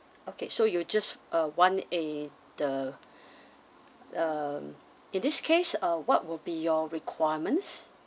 okay so you just uh one uh the( um) in this case ah what will be your requirements